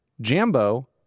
jambo